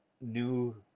new